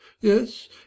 Yes